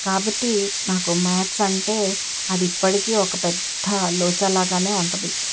కాబట్టి నాకు మ్యాథ్స్ అంటే అది ఇప్పటికీ ఒక పెద్ద లోచా లాగానే ఉంటుంది